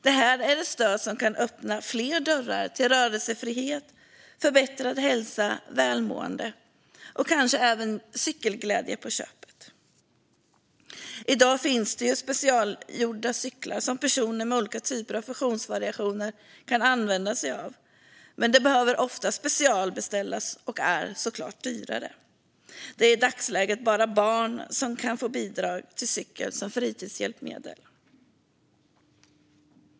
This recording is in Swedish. Det här är ett stöd som kan öppna fler dörrar till rörelsefrihet, förbättrad hälsa, välmående och kanske även cykelglädje på köpet. I dag finns det specialgjorda cyklar som personer med olika typer av funktionsvariationer kan använda sig av. Men de behöver ofta specialbeställas och är såklart dyrare. Det är i dagsläget bara barn som kan få bidrag till cykel som fritidshjälpmedel.